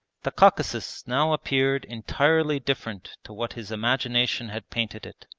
the caucasus now appeared entirely different to what his imagination had painted it.